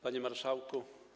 Panie Marszałku!